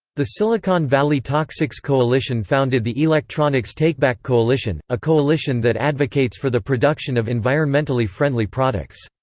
the silicon valley toxics coalition founded the electronics takeback coalition, a coalition that advocates for the production of environmentally friendly products.